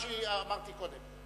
מה שאמרתי קודם.